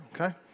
okay